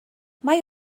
mae